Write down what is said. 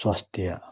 स्वास्थ्य